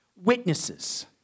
Witnesses